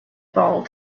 ball